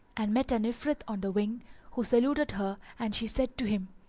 and met an ifrit on the wing who saluted her and she said to him,